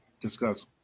discuss